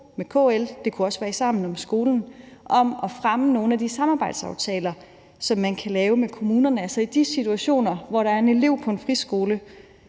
med KL, og det kunne også være i Sammen om skolen, om at fremme nogle af de samarbejdsaftaler, som man kan lave med kommunerne. Det handler om de situationer, hvor der er en elev på en friskole,